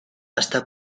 està